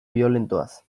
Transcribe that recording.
biolentoaz